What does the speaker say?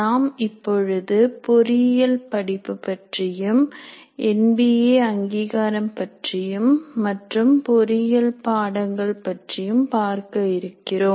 நாம் இப்பொழுது பொறியியல் படிப்பு பற்றியும் என்பிஏ அங்கீகாரம் பற்றியும் மற்றும் பொறியியல் பாடங்கள் பற்றியும் பார்க்க இருக்கிறோம்